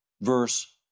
verse